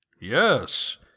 Yes